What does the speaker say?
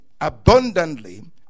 Abundantly